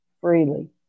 freely